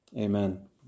Amen